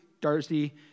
Darcy